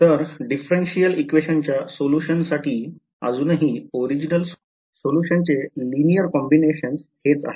तर differential equation च्या solutions साठी अजूनही ओरिजिनल सोल्युशन्स चे लिनिअर कॉम्बिनेशन्स हेच आहेत